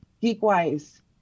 geek-wise